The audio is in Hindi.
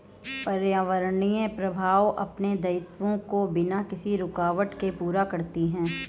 पर्यावरणीय प्रवाह अपने दायित्वों को बिना किसी रूकावट के पूरा करती है